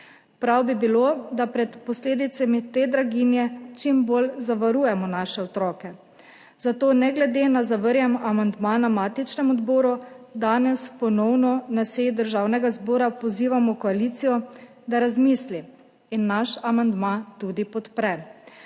Prav bi bilo, da pred posledicami te draginje čim bolj zavarujemo naše otroke. Zato ne glede na zavrnjeni amandma na matičnem Odboru danes ponovno na seji Državnega zbora pozivamo koalicijo, da razmisli in naš amandma tudi podpre.